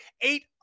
eight